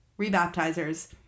rebaptizers